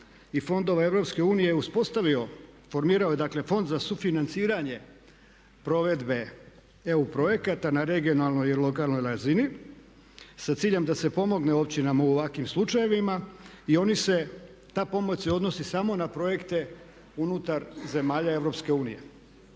i fondova EU uspostavio, formirao je dakle Fond za sufinanciranje provedbe EU projekata na regionalnoj i lokalnoj razni sa ciljem da se pomogne općinama u ovakvim slučajevima i oni se, ta pomoć se odnosi samo na projekte unutar zemalja